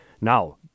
Now